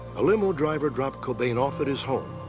a limo driver dropped cobain off at his home,